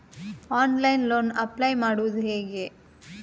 Online loan apply ಮಾಡುವುದು ಹೇಗೆ?